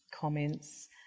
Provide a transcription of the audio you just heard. comments